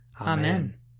Amen